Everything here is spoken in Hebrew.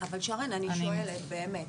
אבל, שרן, אני שואלת באמת,